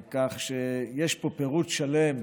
כך שיש פה פירוט שלם,